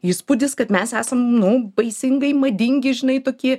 įspūdis kad mes esam nu baisingai madingi žinai tokie